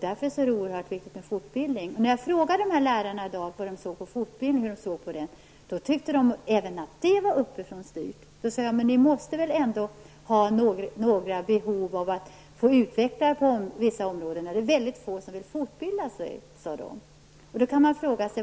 Därför är det oerhört viktigt med fortbildning. Jag frågade i dag hur dessa lärare såg på fortbildning. De tyckte att även den frågan är styrd uppifrån. Men jag undrade då om de ändå inte hade något behov att få utveckla sig på vissa områden. Men det var väldigt få som ville fortbilda sig. Vad